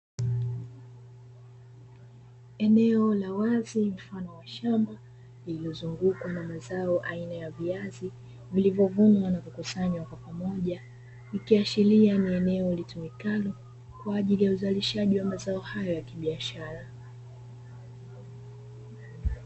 Eneo la wazi mfano wa shamba lililozungukwa na zao aina ya viazi vilivyovunwa na kukusanywa kwa pamoja, ikiashiria ni eneo litumikalo kwa ajili ya uzalishaji wa mazao hayo ya kibiashara.